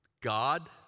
God